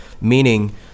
meaning